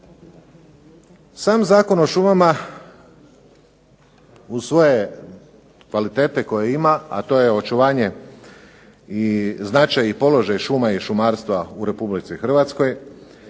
Sam Zakon o šumama, uz svoje kvalitete koje ima a to je značaj i položaj šuma i šumarstva u Republici Hrvatskoj,